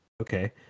okay